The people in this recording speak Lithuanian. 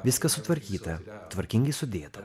viskas sutvarkyta tvarkingai sudėta